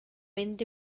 mynd